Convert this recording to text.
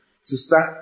sister